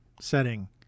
setting